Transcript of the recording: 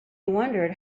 wondered